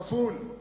כפול.